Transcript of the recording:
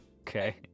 Okay